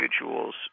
individuals